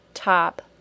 top